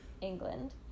England